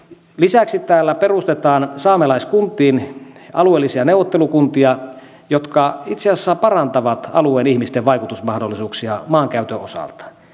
lisäksi täällä perustetaan saamelaiskuntiin alueellisia neuvottelukuntia jotka itse asiassa parantavat alueen ihmisten vaikutusmahdollisuuksia maankäytön osalta